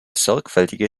sorgfältige